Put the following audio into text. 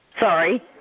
Sorry